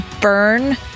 burn